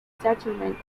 settlements